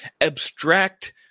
abstract